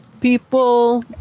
people